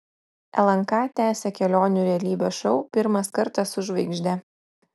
lnk tęsia kelionių realybės šou pirmas kartas su žvaigžde